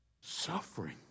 Suffering